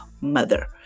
mother